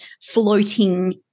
floating